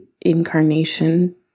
incarnation